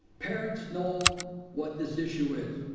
parents know what this issue is.